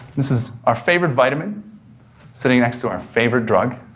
this is our favorite vitamin sitting next to our favorite drug,